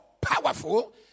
powerful